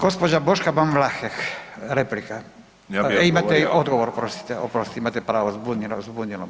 Gospođa Boška Ban Vlahek, replika [[Upadica: Ja bi odgovorio.]] Imate i odgovor, oprostite, oprostite, imate pravo, zbunilo me.